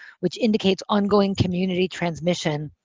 which indicates ongoing community transmission.